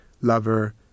lover